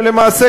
ולמעשה,